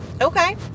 Okay